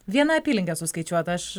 vieną apylinkę suskaičiuot aš